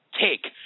take